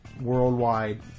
worldwide